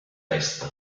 est